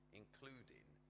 including